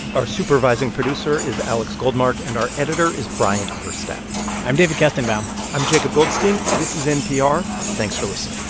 our supervising producer is alex goldmark. and our editor is bryant urstadt i'm david kestenbaum i'm jacob goldstein. this is npr. thanks for listening